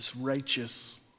righteous